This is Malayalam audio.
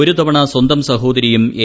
ഒരു തവണ സ്വന്തം സഹോദരിയും എ